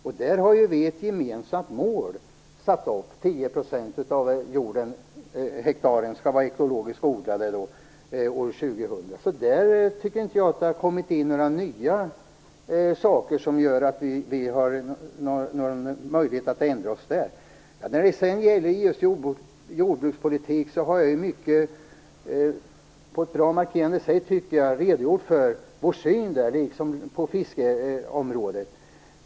Där har vi satt upp ett gemensamt mål, 10 % av hektaren skall vara ekologiskt odlat år 2000. Där har det inte kommit in några nya saker som gör att vi har haft någon möjlighet att ändra oss. När det sedan gäller EU:s jordbrukspolitik har jag mycket klart redogjort för vår syn liksom på fiskeområdet.